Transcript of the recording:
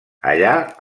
allà